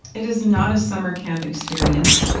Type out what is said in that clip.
it is not a summer camp experience.